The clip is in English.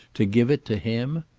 to give it to him?